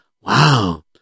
Wow